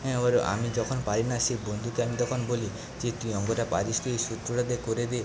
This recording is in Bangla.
অ্যাঁ ওর আমি যখন পারি না সেই বন্ধুকে আমি তখন বলি যে তুই অঙ্কটা পারিস তুই সূত্রটা দে করে দে